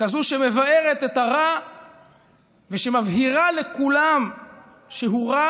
כזאת שמבערת את הרע ושמבהירה לכולם שהוא רע